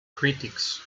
critics